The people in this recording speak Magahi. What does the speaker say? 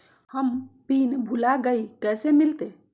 हम पिन भूला गई, कैसे मिलते?